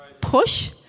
Push